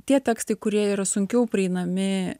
tie tekstai kurie yra sunkiau prieinami